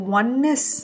oneness